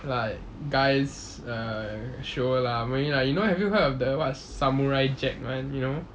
like guys err show lah maybe like you know have you heard of the what samurai jack [one] you know